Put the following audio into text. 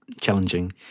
challenging